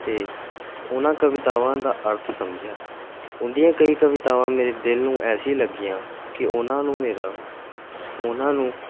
ਅਤੇ ਉਹਨਾਂ ਕਵਿਤਾਵਾਂ ਦਾ ਅਰਥ ਸਮਝਿਆ ਉਹਨਾਂ ਦੀਆਂ ਕਈ ਕਵਿਤਾਵਾਂ ਮੇਰੇ ਦਿਲ ਨੂੰ ਐਸੀ ਲੱਗੀਆਂ ਕਿ ਉਹਨਾਂ ਨੂੰ ਮੇਰਾ ਉਹਨਾਂ ਨੂੰ